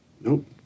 Nope